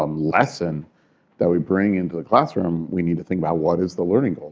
um lesson that we bring into the classroom, we need to think about what is the learning goal.